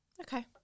okay